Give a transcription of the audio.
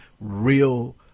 real